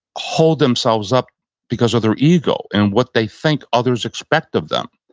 hold themselves up because of their ego and what they think others expect of them.